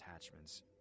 attachments